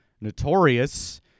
notorious